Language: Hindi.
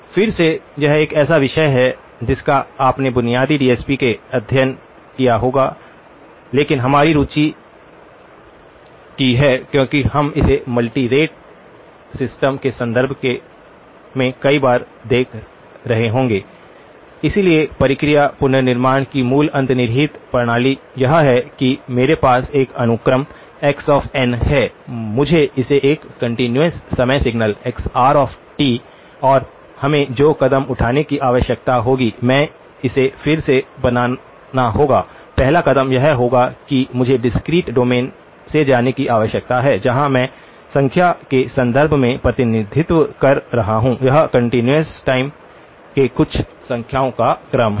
फिर से यह एक ऐसा विषय है जिसका आपने बुनियादी डीएसपी में अध्ययन किया होगा लेकिन हमारी रुचि 1854 की है क्योंकि हम इसे मल्टी रेट सिस्टम के संदर्भ में कई बार देख रहे होंगे इसलिए प्रक्रिया पुनर्निर्माण की मूल अंतर्निहित प्रणाली यह है कि मेरे पास एक अनुक्रम x n है मुझे इसे एक कंटीन्यूअस समय सिग्नल xr और हमें जो कदम उठाने की आवश्यकता होगी में इसे फिर से बनाना होगा पहला कदम यह होगा कि मुझे डिस्क्रीट डोमेन से जाने की आवश्यकता है जहां मैं संख्या के संदर्भ में प्रतिनिधित्व कर रहा हूं यह कंटीन्यूअस टाइम में कुछ संख्याओं का क्रम है